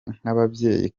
nk’ababyeyi